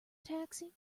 taxi